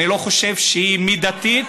אני לא חושב שהיא מידתית,